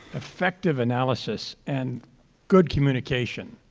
effective analysis and good communication.